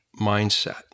mindset